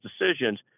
decisions